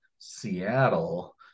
Seattle